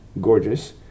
gorgeous